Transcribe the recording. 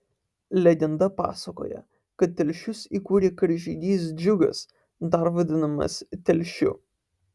legenda pasakoja kad telšius įkūrė karžygys džiugas dar vadinamas telšiu